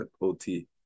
OT